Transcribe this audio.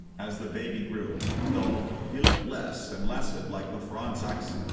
as the baby grew, though, he looked less and less and like the fronczaks.